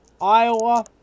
Iowa